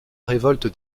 révolte